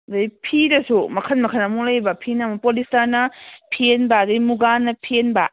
ꯑꯗꯩ ꯐꯤꯗꯁꯨ ꯃꯈꯟ ꯃꯈꯟ ꯑꯃꯨꯛ ꯂꯩꯑꯦꯕ ꯐꯤꯅ ꯑꯃꯨꯛ ꯄꯣꯂꯤꯁꯇꯔꯅ ꯐꯦꯟꯕ ꯑꯗꯩ ꯃꯨꯒꯥꯅ ꯐꯦꯟꯕ